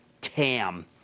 TAM